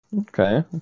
Okay